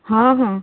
ହଁ ହଁ